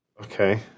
Okay